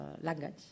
language